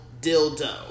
Dildo